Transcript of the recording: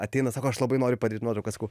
ateina sako aš labai noriu padaryt nuotrauką sakau